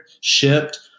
shipped